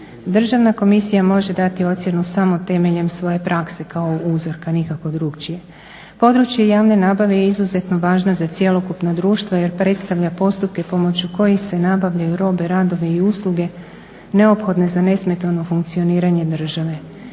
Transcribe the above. Državna komisija može dati ocjenu samo temeljem svoje prakse kao uzorka, nikako drukčije. Područje javne nabave je izuzetno važna za cjelokupno društvo jer predstavlja postupke pomoću kojih se nabavljaju robe, radovi i usluge neophodne za nesmetano funkcioniranje države.